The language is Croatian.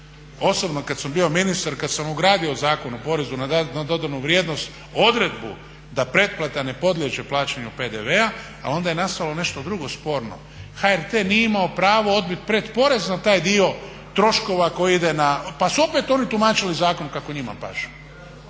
Osobno kad sam bio ministar i kad sam ugradio u Zakon o porezu na dodanu vrijednost odredbu da pretplata ne podliježe plaćanju PDV-a, ali onda je nastalo nešto drugo sporno. HRT nije imao pravo odbit pretporezno taj dio troškova koji ide pa su opet oni tumačili zakon kako njima paše,